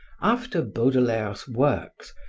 after baudelaire's works,